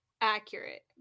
accurate